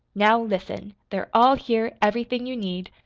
now, listen. they're all here, everything you need,